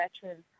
veterans